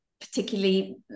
particularly